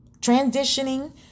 transitioning